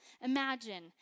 Imagine